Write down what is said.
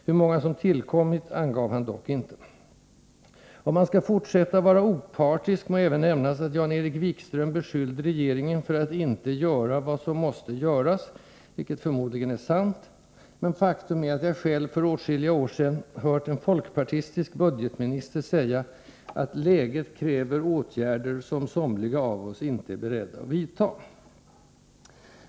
Hur många som tillkommit angav han dock inte. Om man skall fortsätta att vara opartisk må även nämnas att Jan-Erik Wikström beskyllde regeringen för att inte göra vad som måste göras, vilket förmodligen är sant, men faktum är att jag själv för åtskilliga år sedan hörde en folkpartistisk budgetminister säga att ”läget kräver åtgärder, som somliga av oss inte är beredda att vidta”.